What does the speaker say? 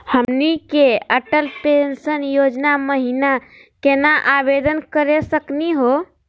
हमनी के अटल पेंसन योजना महिना केना आवेदन करे सकनी हो?